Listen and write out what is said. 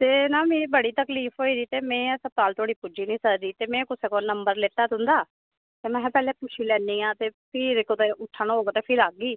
ते मिगी ना बड़ी तकलीफ होई दी ते में हून अस्पताल धोड़ी पुज्जी निं सकदी ते में कुसै कोला नंबर लैता तुंदा ते में हें पैह्लें पुच्छी लैनी आं फिर उट्ठन होग ते आह्गी